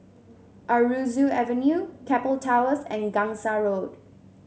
Aroozoo Avenue Keppel Towers and Gangsa Road